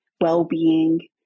well-being